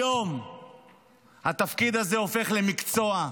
היום התפקיד הזה הופך למקצוע,